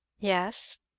yes.